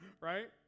right